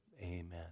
amen